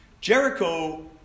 Jericho